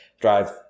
drive